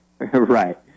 Right